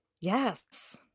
Yes